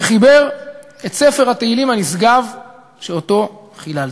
שחיבר את ספר תהילים הנשגב שאותו חיללתם.